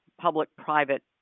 public-private